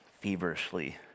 feverishly